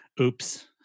oops